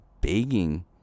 begging